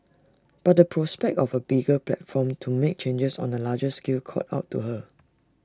but the prospect of A bigger platform to make changes on A larger scale called out to her